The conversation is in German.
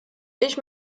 ich